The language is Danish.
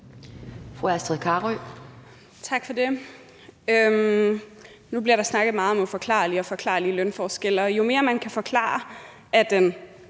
Nu bliver der snakket meget om uforklarlige og forklarlige lønforskelle, og jo mere man kan forklare den